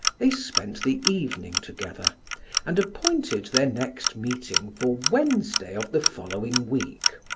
they spent the evening together and appointed their next meeting for wednesday of the following week,